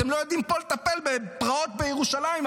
אתם לא יודעים לטפל בפרעות פה בירושלים,